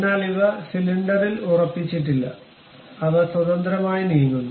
എന്നാൽ ഇവ സിലിണ്ടറിൽ ഉറപ്പിച്ചിട്ടില്ല അവ സ്വതന്ത്രമായി നീങ്ങുന്നു